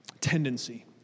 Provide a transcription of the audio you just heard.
tendency